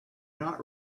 not